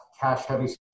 cash-heavy